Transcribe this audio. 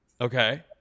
Okay